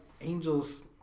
angels